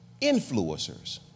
influencers